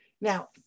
Now